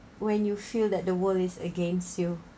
when you feel that the world is against you